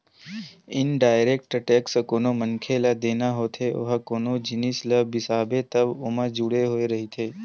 indirect tax कोनो मनखे ल देना होथे ओहा कोनो जिनिस ल बिसाबे त ओमा जुड़े होय रहिथे